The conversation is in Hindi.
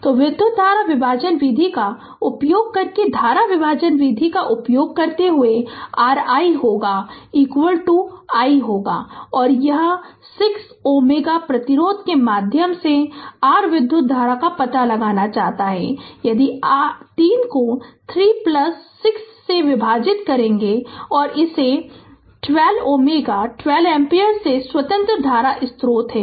तोविधुत धारा विभाजन विधि का उपयोग करके धारा विभाजन विधि का उपयोग करते हुए r i होगा i होगा यह r 6 Ω प्रतिरोध के माध्यम से r विधुत धारा का पता लगाना चाहता है यानी 3 को 36 से विभाजित करके इस 12 Ω 12 एम्पियर में स्वतंत्र धारा स्रोत है